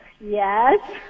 yes